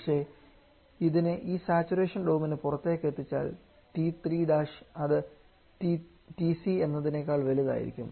പക്ഷേ ഇതിനെ ഈ സാച്ചുറേഷൻ ഡോമിന് പുറത്തേക്ക് എത്തിച്ചാൽ T3 അത് TC എന്നതിനേക്കാൾ വലുതായിരിക്കും